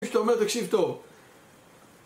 כפי שאתה אומר תקשיב טוב